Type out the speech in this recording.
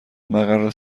مقر